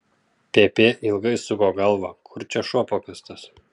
pp ilgai suko galvą kur čia šuo pakastas